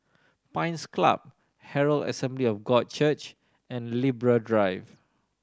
Pines Club Herald Assembly of God Church and Libra Drive